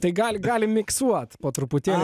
tai gali galim miksuot po truputėlį